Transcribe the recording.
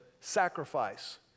sacrifice